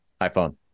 iphone